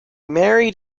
married